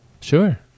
Sure